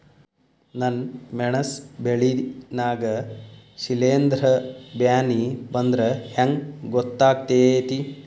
ನನ್ ಮೆಣಸ್ ಬೆಳಿ ನಾಗ ಶಿಲೇಂಧ್ರ ಬ್ಯಾನಿ ಬಂದ್ರ ಹೆಂಗ್ ಗೋತಾಗ್ತೆತಿ?